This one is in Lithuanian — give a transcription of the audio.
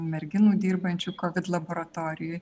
merginų dirbančių kovid laboratorijoj